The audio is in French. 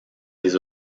les